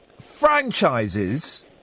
franchises